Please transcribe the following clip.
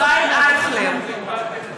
(קוראת בשם חבר הכנסת) ישראל אייכלר,